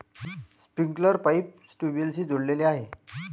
sprinkler pipe ट्यूबवेल्सशी जोडलेले आहे